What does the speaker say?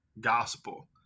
gospel